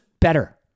better